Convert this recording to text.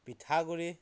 পিঠাগুড়ি